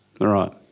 Right